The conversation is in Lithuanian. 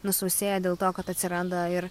nusausėja dėl to kad atsiranda ir